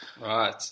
right